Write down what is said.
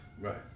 Right